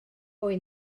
fwy